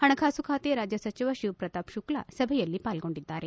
ಪಣಕಾಸು ಖಾತೆ ರಾಜ್ಯ ಸಚಿವ ಶಿವ್ ಪ್ರತಾಪ್ ಶುಕ್ಷ ಸಭೆಯಲ್ಲಿ ಪಾರ್ಸೊಂಡಿದ್ದಾರೆ